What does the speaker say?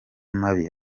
mabi